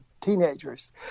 teenagers